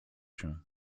się